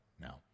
now